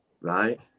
right